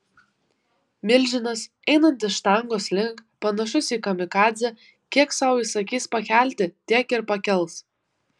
milžinas einantis štangos link panašus į kamikadzę kiek sau įsakys pakelti tiek ir pakels